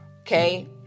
Okay